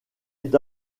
est